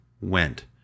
went